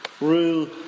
Rule